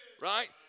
Right